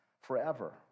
forever